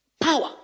Power